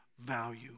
value